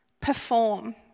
perform